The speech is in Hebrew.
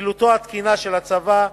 פעילותו התקינה של הצבא.